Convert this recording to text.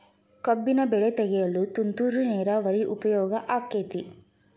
ಕಬ್ಬಿನ ಬೆಳೆ ತೆಗೆಯಲು ತುಂತುರು ನೇರಾವರಿ ಉಪಯೋಗ ಆಕ್ಕೆತ್ತಿ?